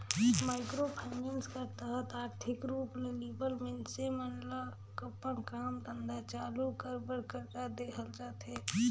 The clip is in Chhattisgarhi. माइक्रो फाइनेंस कर तहत आरथिक रूप ले लिबल मइनसे मन ल अपन काम धंधा चालू कर बर करजा देहल जाथे